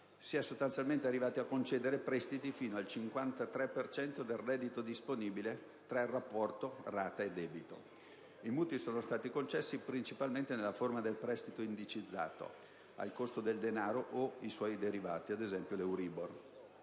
al notaio. Si è arrivati a concedere prestiti fino al 53 per cento del reddito disponibile nel rapporto tra rata e debito. I mutui sono stati concessi principalmente nella forma del prestito indicizzato al costo del denaro o suoi derivati (ad esempio l'Euribor).